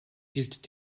gilt